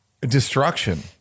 destruction